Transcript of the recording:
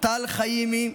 טל חיימי,